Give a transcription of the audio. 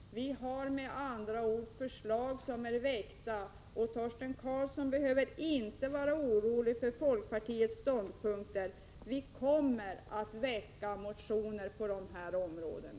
Vi har alltså väckt förslag i frågan. Torsten Karlsson behöver inte vara orolig för folkpartiets ståndpunkter. Vi kommer att väcka motioner inom dessa områden.